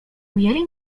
ujęli